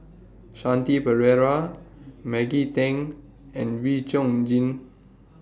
Shanti Pereira Maggie Teng and Wee Chong Jin